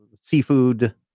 seafood